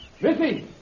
Missy